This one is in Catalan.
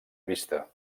vista